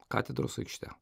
katedros aikšte